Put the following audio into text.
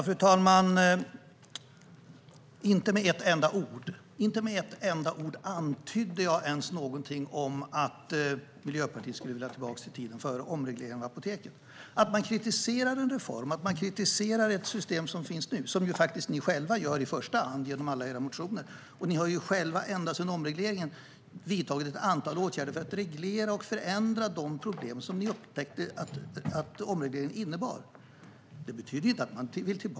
Fru talman! Inte med ett enda ord har jag antytt att Miljöpartiet skulle vilja tillbaka till tiden före omregleringen av apoteken. Att man kritiserar en reform eller ett system som finns nu betyder inte att man vill tillbaka till läget innan. Ni kritiserar själva genom alla era motioner, Emma Henriksson, och ni har ända sedan omregleringen vidtagit ett antal åtgärder för att reglera och lösa de problem som ni upptäckte att omregleringen innebar.